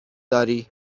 داری